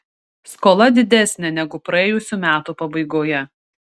skola didesnė negu praėjusių metų pabaigoje